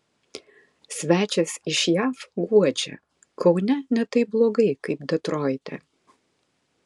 svečias iš jav guodžia kaune ne taip blogai kaip detroite